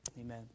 amen